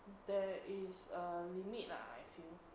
there is a limit lah I feel